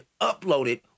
uploaded